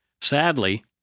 Sadly